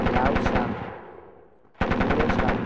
লাউ শাক মূলো শাক